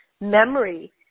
memory